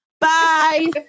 Bye